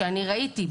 שאני ראיתי,